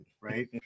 Right